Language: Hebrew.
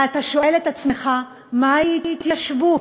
ואתה שואל את עצמך מהי התיישבות,